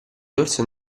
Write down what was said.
dorso